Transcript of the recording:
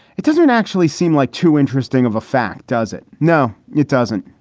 it doesn't actually seem like too interesting of a fact, does it? no, it doesn't.